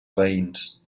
veïns